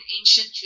ancient